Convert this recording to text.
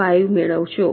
5 મેળવશો